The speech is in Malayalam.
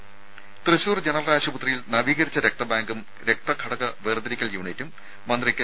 രദേ ത്യശൂർ ജനറൽ ആശുപത്രിയിൽ നവീകരിച്ച രക്ത ബാങ്കും രക്തഘടക വേർതിരിക്കൽ യൂണിറ്റും മന്ത്രി കെ